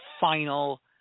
final